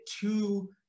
to-